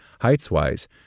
heights-wise